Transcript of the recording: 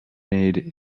made